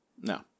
no